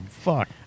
fuck